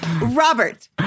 Robert